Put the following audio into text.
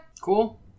Cool